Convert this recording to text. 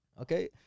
Okay